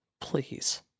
please